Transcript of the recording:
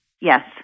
Yes